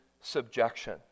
subjection